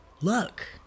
look